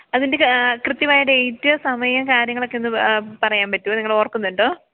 അതിൻ്റെ കൃത്യമായ ഡേറ്റ് സമയം കാര്യങ്ങളൊക്കെ ഒന്ന് പറയാൻ പറ്റുമോ നിങ്ങൾ ഓർക്കുന്നുണ്ടോ